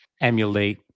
emulate